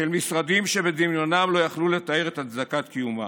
של משרדים שבדמיונם לא יכלו לתאר את הצדקת קיומם.